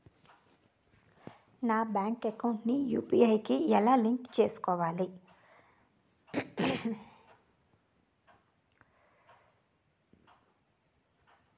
నా bank account ని UPI కి ఎలా లింక్ చేసుకోవాలి?